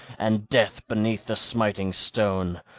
and death beneath the smiting stone,